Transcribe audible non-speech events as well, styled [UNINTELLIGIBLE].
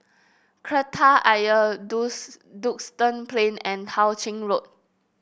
Kreta Ayer [UNINTELLIGIBLE] Duxton Plain and Tao Ching Road